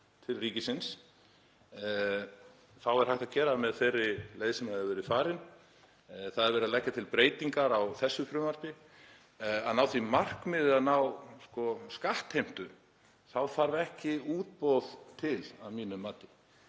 til ríkisins, þá er hægt að gera það með þeirri leið sem hefur verið farin. Það er verið að leggja til breytingar á þessu frumvarpi. Til að ná því markmiði að ná skattheimtu þá þarf ekki útboð til að mínu mati.